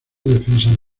defensas